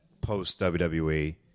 post-WWE